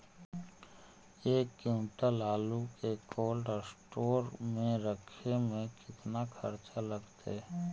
एक क्विंटल आलू के कोल्ड अस्टोर मे रखे मे केतना खरचा लगतइ?